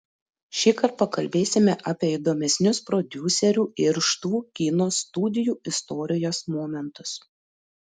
šįkart pakalbėsime apie įdomesnius prodiuserių irštvų kino studijų istorijos momentus